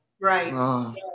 right